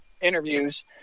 interviews